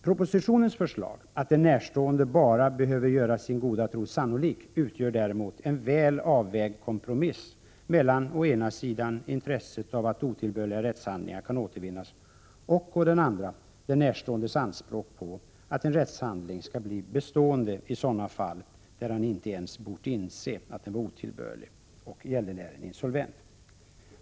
Propositionens förslag att en närstående bara behöver göra sin goda tro sannolik innebär däremot en väl avvägd kompromiss mellan å ena sidan intresset av att otillbörliga rättshandlingar kan återvinnas och å andra sidan den närståendes anspråk på att en rättshandling skall bli bestående i sådana fall där han inte ens bort inse att den var otillbörlig och gäldenären insolvent.